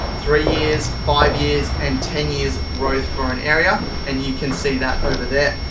three years, five years and ten years growth for an area and you can see that over there.